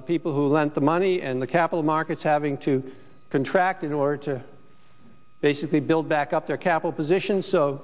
the people who lent the money and the capital markets having to contract in order to basically build back up their capital position so